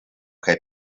kaj